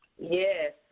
Yes